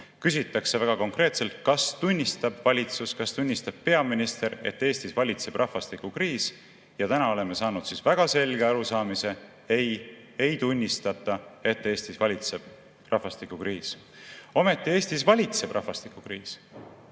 Küsitakse väga konkreetselt, kas tunnistab valitsus, kas tunnistab peaminister, et Eestis valitseb rahvastikukriis. Ja täna oleme saanud väga selge arusaamise, et ei, ei tunnistata, et Eestis valitseb rahvastikukriis. Ometi Eestis valitseb rahvastikukriis.